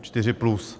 Čtyři plus.